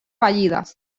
fallides